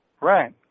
Right